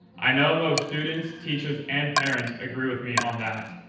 i know most students, teachers, and parents agree with me on that.